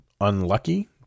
unlucky